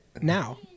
now